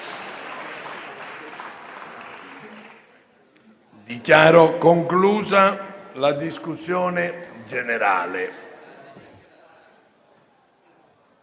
Dichiaro chiusa la discussione generale.